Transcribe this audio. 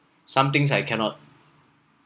some thing's I cannot